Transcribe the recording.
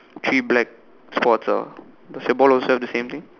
three black spots ah does your ball also have the same thing